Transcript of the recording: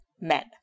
men